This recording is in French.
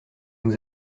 nous